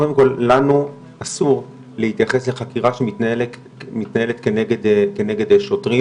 אסור להתייחס לחקירה שמתנהלת כנגד שוטרים